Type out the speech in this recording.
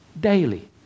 daily